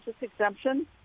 exemption